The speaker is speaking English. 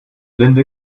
linda